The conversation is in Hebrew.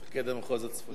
מפקד המחוז הצפוני.